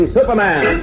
Superman